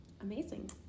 Amazing